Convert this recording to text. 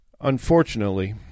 Unfortunately